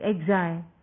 exile